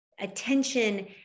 attention